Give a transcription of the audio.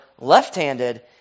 left-handed